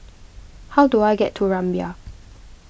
how do I get to Rumbia